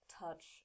touch